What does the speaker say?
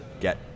get